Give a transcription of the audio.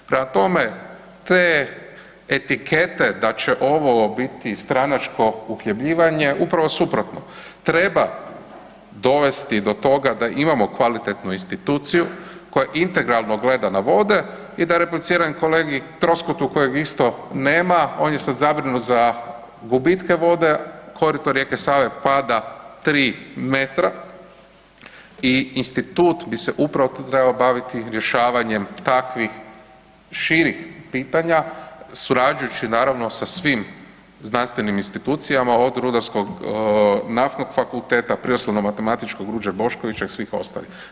Prema tome, etikete da će ovo biti stranačko uhljebljivanje, upravo suprotno, treba dovesti do toga da imamo kvalitetnu instituciju koja integralno gleda na vode i da repliciram kolegi Trokostu kojeg isto nema, on je sad zabrinut za gubitke vode, korito rijeke Save pada 3 m i institut bi se upravo trebao baviti rješavanjem takvih širih pitanja, surađujući naravno sa svim znanstvenim institucijama, od Rudarsko-naftnog fakulteta, PMF, Ruđer Boškovića i svih ostalih.